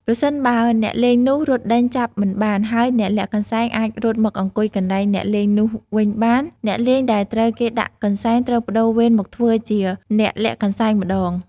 ប្រសិនបើអ្នកលេងនោះរត់ដេញចាប់មិនបាន ហើយអ្នកលាក់កន្សែងអាចរត់មកអង្គុយកន្លែងអ្នកលេងនោះវិញបាន អ្នកលេងដែលត្រូវគេដាក់កន្សែង ត្រូវប្ដូរវេនមកធ្វើជាអ្នកលាក់កន្សែងម្ដង ។